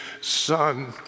son